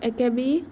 Akebi